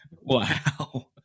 Wow